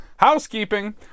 housekeeping